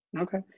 Okay